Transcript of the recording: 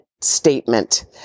statement